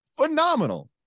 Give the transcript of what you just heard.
phenomenal